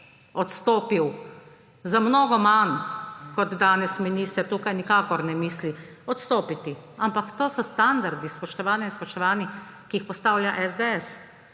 odstopil za mnogo manj, kot danes minister tukaj nikakor ne misli odstopiti. Ampak to so standardi, spoštovane in spoštovani, ki jih postavlja SDS.